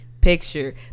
picture